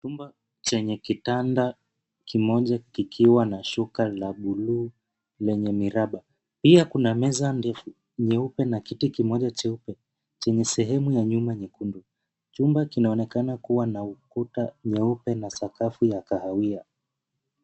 Chumba chenye kitanda kimoja kikiwa na shuka la buluu lenye miraba .Pia kuna meza ndefu nyeupe na kiti kimoja cheupe chenye sehemu ya nyuma nyekundu. Chumba kinaonekana kuwa na ukuta nyeupe na sakafu ya kahawia.